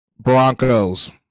Broncos